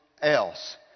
else